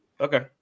Okay